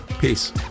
peace